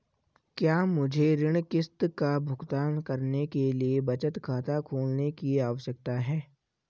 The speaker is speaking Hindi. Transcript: क्या मुझे ऋण किश्त का भुगतान करने के लिए बचत खाता खोलने की आवश्यकता है?